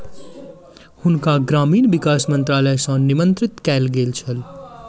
हुनका ग्रामीण विकास मंत्रालय सॅ निमंत्रित कयल गेल छल